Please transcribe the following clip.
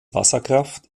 wasserkraft